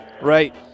Right